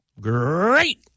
Great